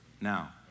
now